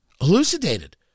elucidated